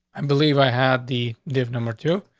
um believe i have the def number two.